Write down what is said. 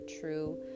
true